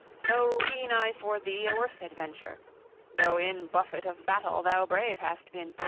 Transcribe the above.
so ween i for thee a worse adventure though in buffet of battle thou brave hast been,